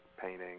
painting